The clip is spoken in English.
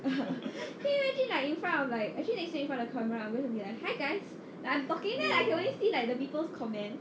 can you imagine like in front of like actually next week when I speak in front of the camera then I'm going to be like hi guys like I'm talking then I can only see like the people's comment